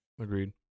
Agreed